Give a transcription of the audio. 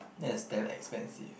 that is damn expensive